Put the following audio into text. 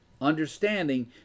Understanding